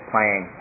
Playing